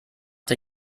der